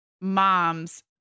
moms